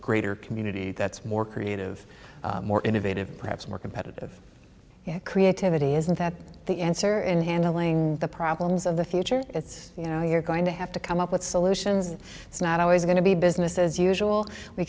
greater community that's more creative more innovative perhaps more competitive yeah creativity isn't that the answer in handling the problems of the future it's you know you're going to have to come up with solutions it's not always going to be business as usual we